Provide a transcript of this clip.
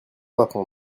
apprendre